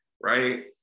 right